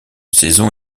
saison